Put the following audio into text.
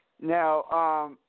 Now